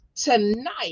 Tonight